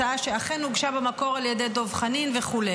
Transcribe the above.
הצעה שאכן הוגשה במקור על ידי דב חנין וכו'.